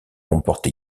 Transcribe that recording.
comporte